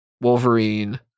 Wolverine